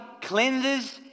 cleanses